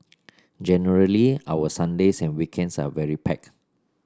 generally our Sundays and weekends are very packed